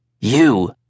You